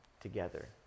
together